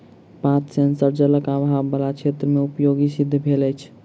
पात सेंसर जलक आभाव बला क्षेत्र मे उपयोगी सिद्ध भेल अछि